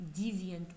deviant